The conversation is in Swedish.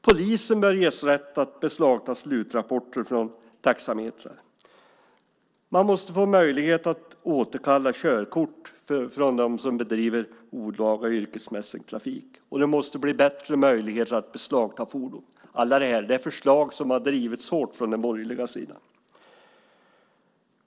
Polisen bör ges rätt att beslagta slutrapporter från taxametrar. Man måste få möjlighet att återkalla körkort från dem som bedriver olaga yrkesmässig trafik. Det måste bli bättre möjligheter att beslagta fordon. Allt det här är förslag som har drivits hårt från den borgerliga sidan.